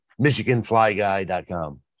MichiganFlyguy.com